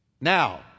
Now